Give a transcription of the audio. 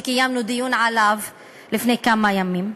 קיימנו דיון על כך לפני כמה ימים.